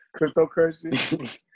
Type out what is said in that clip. Cryptocurrency